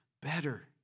better